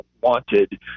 wanted